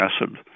acid